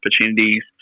opportunities